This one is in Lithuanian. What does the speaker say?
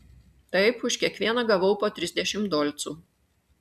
taip už kiekvieną gavau po trisdešimt dolcų